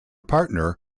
partner